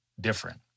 different